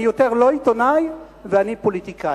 אני יותר לא עיתונאי, ואני פוליטיקאי.